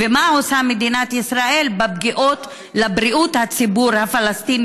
ומה עושה מדינת ישראל עם הפגיעה בבריאות הציבור הפלסטיני